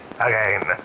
again